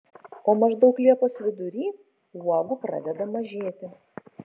o maždaug liepos vidury uogų pradeda mažėti